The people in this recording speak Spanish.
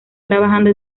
trabajando